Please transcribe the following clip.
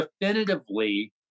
definitively